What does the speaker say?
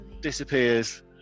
disappears